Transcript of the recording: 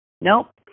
Nope